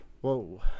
Whoa